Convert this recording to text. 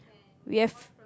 we have